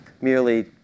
merely